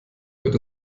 wird